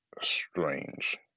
strange